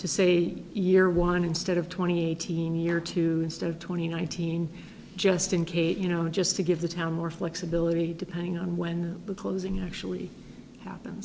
to say year one instead of twenty thousand year to instead of twenty nineteen just in case you know just to give the town more flexibility depending on when the closing actually happen